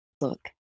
Look